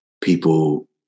people